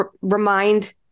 remind